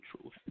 truth